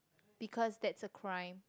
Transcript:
because that's a crime